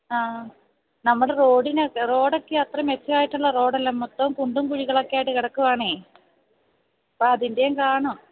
ആ നമ്മുടെ റോഡിനെ റോഡൊക്കെ അത്ര മെച്ചമായിട്ടുള്ള റോഡല്ല മൊത്തം കുണ്ടും കുഴികളൊക്കെ ആയിട്ട് കിടക്കുകയാണെ അപ്പോള് അതിൻ്റെയും കാണും